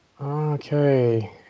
Okay